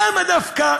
למה דווקא